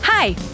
Hi